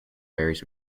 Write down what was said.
varies